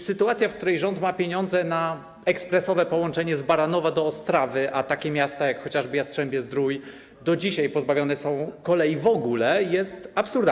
Sytuacja, w której rząd ma pieniądze na ekspresowe połączenie z Baranowa do Ostrawy, a takie miasta jak chociażby Jastrzębie-Zdrój do dzisiaj pozbawione są kolei, jest absurdalna.